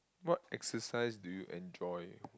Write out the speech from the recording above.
what exercise do you enjoy